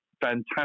fantastic